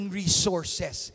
resources